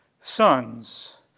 sons